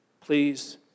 Please